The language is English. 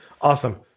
awesome